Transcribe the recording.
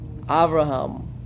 Abraham